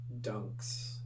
dunks